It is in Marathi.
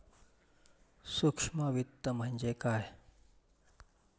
सूक्ष्म वित्त म्हणजे काय?